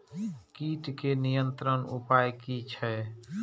कीटके नियंत्रण उपाय कि छै?